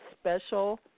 special